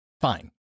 Fine